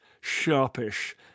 sharpish